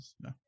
no